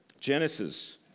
Genesis